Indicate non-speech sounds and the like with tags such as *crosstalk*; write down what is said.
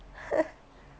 *laughs*